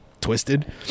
twisted